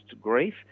grief